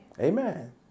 Amen